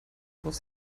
worauf